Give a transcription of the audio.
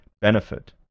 benefit